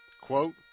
quote